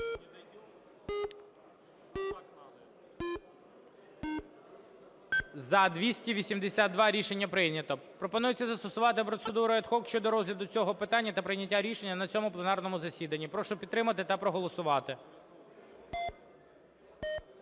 За-282 Рішення прийнято. Пропонується застосувати процедуру ad hoc щодо розгляду цього питання та прийняття рішення на цьому пленарному засіданні. Прошу підтримати та проголосувати.